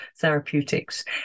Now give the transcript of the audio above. therapeutics